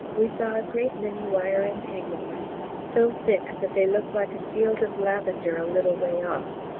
we saw a great many wire entanglements, so thick that they look like a field of lavender a little way off.